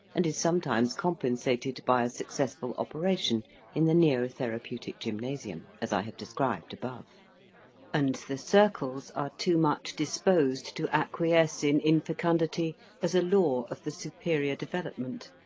and is sometimes compensated by a successful operation in the neo-therapeutic gymnasium, as i have described above and the circles are too much disposed to acquiesce in infecundity as a law of the superior development.